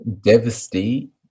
Devastate